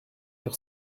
sur